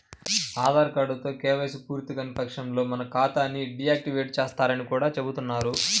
ఆధార్ కార్డుతో కేవైసీ పూర్తికాని పక్షంలో మన ఖాతా ని డీ యాక్టివేట్ చేస్తారని కూడా చెబుతున్నారు